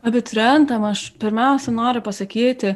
abiturientam aš pirmiausia noriu pasakyti